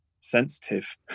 sensitive